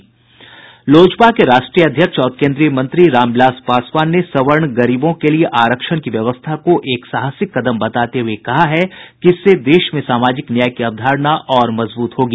लोजपा के राष्ट्रीय अध्यक्ष और केन्द्रीय मंत्री रामविलास पासवान ने सवर्ण गरीबों के लिये आरक्षण की व्यवस्था को एक साहसिक कदम बताते हुए कहा है कि इससे देश में सामाजिक न्याय की अवधारणा और मजबूत होगी